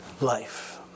life